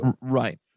Right